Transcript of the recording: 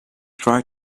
try